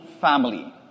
family